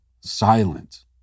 silent